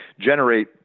generate